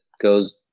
goes